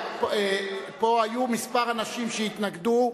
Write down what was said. היו פה כמה אנשים שהתנגדו,